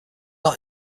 not